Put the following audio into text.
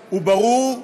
וברור,